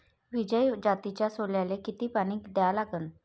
विजय जातीच्या सोल्याले किती पानी द्या लागन?